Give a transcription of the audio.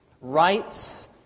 rights